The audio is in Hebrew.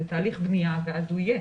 זה תהליך בנייה והוא יהיה.